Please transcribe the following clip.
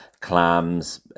clams